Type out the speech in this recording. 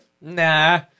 Nah